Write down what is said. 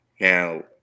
Now